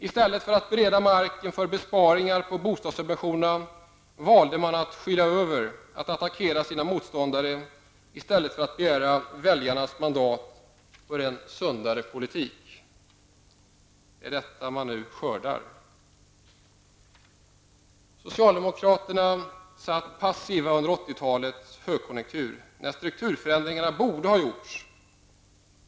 I stället för att bereda marken för besparingar på bostadssubventionerna valde man att skyla över och att attackera sina motståndare i stället för att begära väljarnas mandat för en sundare politik. Det är följderna av detta man nu skördar. Socialdemokraterna satt passiva under 80-talets högkonjunktur när strukturförändringarna borde ha gjorts.